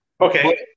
okay